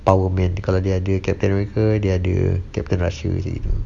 power man kalau dia ada captain america dia ada captain russia macam ini